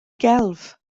gelf